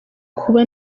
kuba